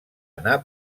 anar